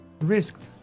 risked